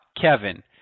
Kevin